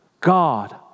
God